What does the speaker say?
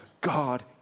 God